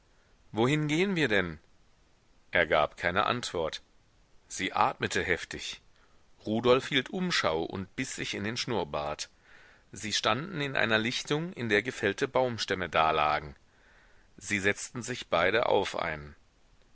wohin gehen wir denn er gab keine antwort sie atmete heftig rudolf hielt umschau und biß sich in den schnurrbart sie standen in einer lichtung in der gefällte baumstämme dalagen sie setzten sich beide auf einen